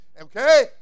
Okay